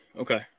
okay